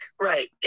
right